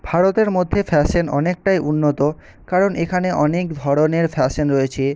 ভারতের মধ্যে ফ্যাশন অনেকটায় উন্নত কারণ এখানে অনেক ধরনের ফ্যাশন রয়েছে